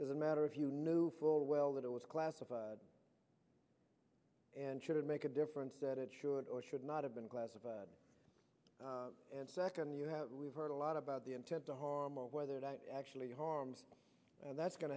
doesn't matter if you knew full well that it was classified and should make a difference that it should or should not have been classified and second you have heard a lot about the intent to harm or whether it actually harmed that's going